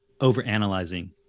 overanalyzing